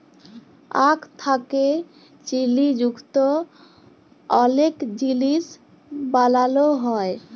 আখ থ্যাকে চিলি যুক্ত অলেক জিলিস বালালো হ্যয়